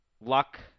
Luck